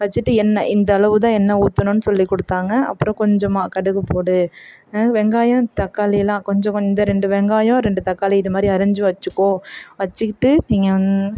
வெச்சுட்டு எண்ணெய் இந்த அளவு தான் எண்ணெய் ஊற்றணுன்னு சொல்லி கொடுத்தாங்க அப்புறோம் கொஞ்சமாக கடுகு போடு வெங்காயம் தக்காளியெலாம் கொஞ்சம் கொஞ்சம் இந்த ரெண்டு வெங்காயம் ரெண்டு தக்காளி இது மாதிரி அரிஞ்சு வெச்சுக்கோ வெச்சுக்கிட்டு நீங்கள் வந்